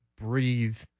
breathe